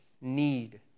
need